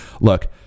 look